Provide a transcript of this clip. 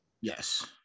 Yes